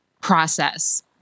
process